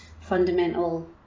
fundamental